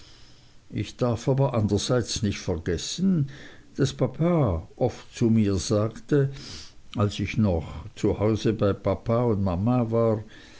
ich darf aber andererseits nicht vergessen daß papa oft zu mir sagte als ich noch zu hause bei papa und mama war